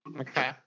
okay